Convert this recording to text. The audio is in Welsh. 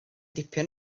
dipyn